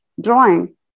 drawing